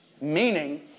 meaning